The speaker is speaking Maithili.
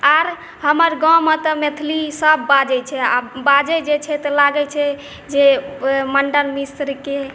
आओर हमर गाँवमे तऽ मैथिली सभ बाजैत छै आ बाजैत जे छै तऽ लागैत छै जे ओ मण्डन मिश्रके